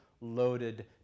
loaded